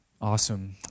Awesome